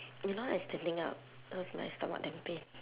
you know I standing up cause my stomach damn pain